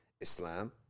Islam